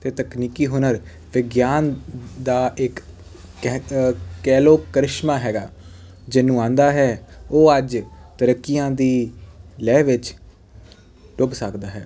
ਅਤੇ ਤਕਨੀਕੀ ਹੁਨਰ ਵਿਗਿਆਨ ਦਾ ਇੱਕ ਕਹਿ ਕਹਿ ਲਉ ਕਰਿਸ਼ਮਾ ਹੈਗਾ ਜਿਹਨੂੰ ਆਉਂਦਾ ਹੈ ਉਹ ਅੱਜ ਤਰੱਕੀਆਂ ਦੀ ਲਹਿ ਵਿੱਚ ਡੁੱਬ ਸਕਦਾ ਹੈ